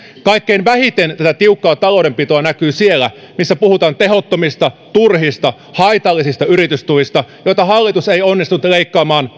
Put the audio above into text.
kaikkein vähiten tätä tiukkaa taloudenpitoa näkyy siellä missä puhutaan tehottomista turhista haitallisista yritystuista joita hallitus ei onnistunut leikkaamaan